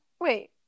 wait